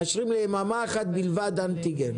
מאשרים ליממה אחת בלבד אנטיגן.